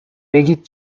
بگید